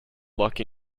luck